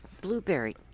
blueberry